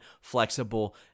flexible